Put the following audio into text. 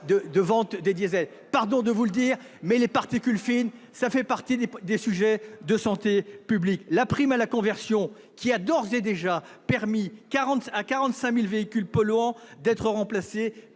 diesel. Je suis désolé de vous le dire, mais les particules fines font partie des sujets de santé publique ! La prime à la conversion a d'ores et déjà permis à 45 000 véhicules polluants d'être remplacés